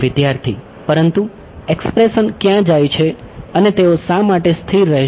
વિદ્યાર્થી પરંતુ એક્સપ્રેસન ક્યાં જાય છે અને તેઓ શા માટે સ્થિર રહેશે